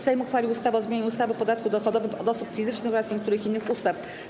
Sejm uchwalił ustawę o zmianie ustawy o podatku dochodowym od osób fizycznych oraz niektórych innych ustaw.